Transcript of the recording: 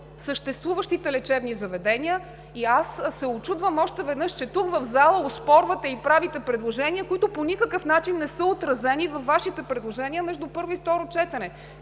съществуващите лечебни заведения. Аз се учудвам още веднъж, че тук в залата оспорвате и правите предложения, които по никакъв начин не са отразени във Вашите предложения между първо и второ четене.